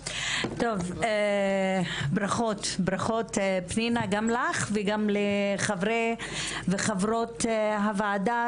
ברכות פנינה גם לך ולחברי וחברות הוועדה,